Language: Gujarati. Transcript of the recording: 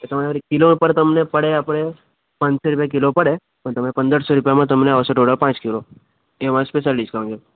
એટલે તમારે કિલો પર તમને પડે આપણે પાંચસો રૂપિયા કિલો પડે પણ તમે પંદરસો રૂપિયામાં તમને આવશે ટોટલ પાંચ કિલો એ અમારું સ્પેશિયલ ડિસ્કાઉન્ટ છે